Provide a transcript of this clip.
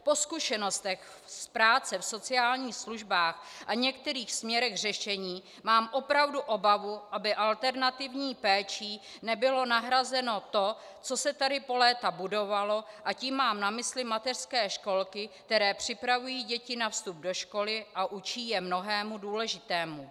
Po zkušenostech v práci v sociálních službách a některých směrech řešení mám opravdu obavu, aby alternativní péčí nebylo nahrazeno to, co se tady po léta budovalo, a tím mám na mysli mateřské školky, které připravují děti na vstup do školy a učí je mnohému důležitému.